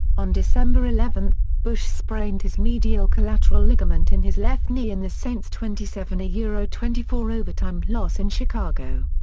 on december eleven, bush sprained his medial collateral ligament in his left knee in the saints' twenty seven yeah twenty four overtime loss in chicago.